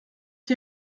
die